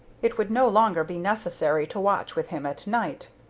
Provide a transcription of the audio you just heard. it would no longer be necessary to watch with him at night.